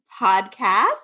Podcast